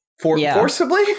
forcibly